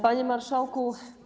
Panie Marszałku!